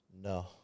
No